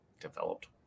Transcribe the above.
Developed